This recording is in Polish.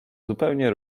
zupełnie